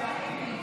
12,